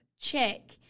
Check